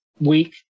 week